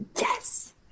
Yes